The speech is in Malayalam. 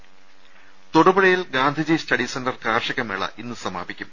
ശേക്ഷക്കങ്ങ തൊടുപുഴയിൽ ഗാന്ധിജി സ്റ്റഡിസെന്റർ കാർഷിക മേള ഇന്ന് സമാപിക്കും